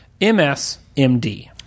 MSMD